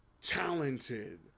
talented